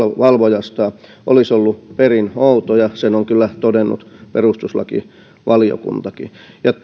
valvojastaan olisi ollut perin outo ja sen on kyllä todennut perustuslakivaliokuntakin